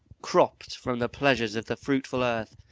cropt from the pleasures of the fruitful earth,